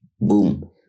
Boom